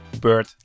bird